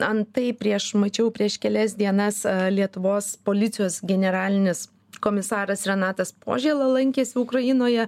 antai prieš mačiau prieš kelias dienas lietuvos policijos generalinis komisaras renatas požėla lankėsi ukrainoje